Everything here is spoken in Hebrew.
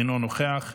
אינו נוכח.